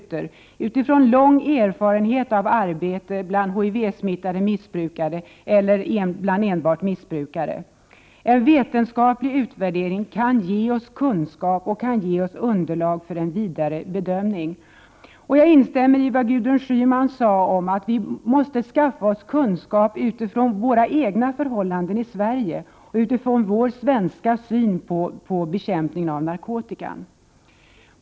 Den har de utifrån lång erfarenhet av arbete bland missbrukare och HIV-smittade missbrukare. En vetenskaplig utvärdering kan ge oss kunskap och underlag för en vidare bedömning. Jag instämmer i det som Gudrun Schyman sade om att vi måste skaffa oss kunskap utifrån våra egna förhållanden och utifrån vår svenska syn på bekämpningen av narkotikan.